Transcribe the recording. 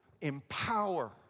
empower